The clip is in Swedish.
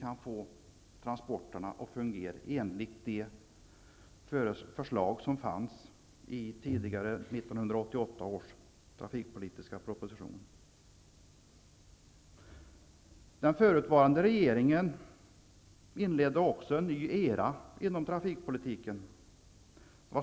För att uppnå detta krävs att vi fullföljer förslagen i 1988 års trafikpolitiska proposition. Under den förutvarande socialdemokratiska regeringens ledning inleddes en ny era inom trafikpolitiken.